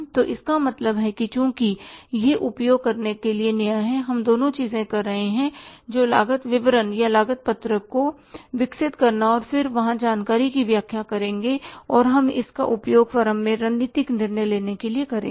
तो इसका मतलब है चूंकि यह उपयोग करने के लिए नया है हम दोनों चीजें कर रहे हैं जो लागत विवरण या लागत पत्रक को विकसित करना और फिर वहां जानकारी की व्याख्या करेंगे और हम इसका उपयोग फर्म में रणनीतिक निर्णय लेने के लिए करेंगे